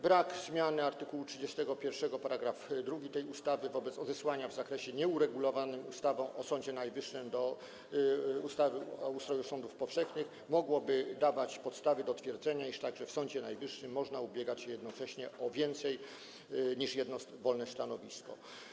Brak zmiany art. 31 § 2 tej ustawy wobec odesłania w zakresie nieuregulowanym ustawą o Sądzie Najwyższym do ustawy o ustroju sadów powszechnych mógłby dawać podstawy do twierdzenia, iż także w Sądzie Najwyższym można ubiegać się jednocześnie o więcej niż jedno wolne stanowisko.